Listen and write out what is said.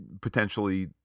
potentially